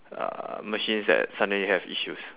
uh machines that suddenly have issues